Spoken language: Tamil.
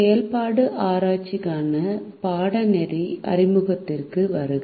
செயல்பாட்டு ஆராய்ச்சிக்கான பாடநெறி அறிமுகத்திற்கு வருக